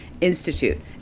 Institute